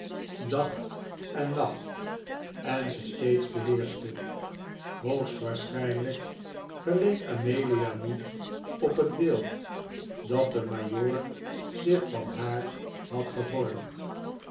dag en nacht en ze steeds beheerschte hoogstwaarschijnlijk geleek amelia niet op het beeld dat de majoor zich van haar had gevormd